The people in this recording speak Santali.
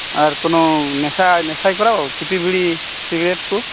ᱟᱨ ᱠᱳᱱᱳ ᱱᱮᱥᱟ ᱱᱮᱥᱟᱭ ᱠᱚᱨᱟᱣᱟ ᱪᱩᱴᱤ ᱵᱤᱲᱤ ᱥᱤᱜᱽᱨᱮᱴ ᱠᱚ